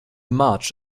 march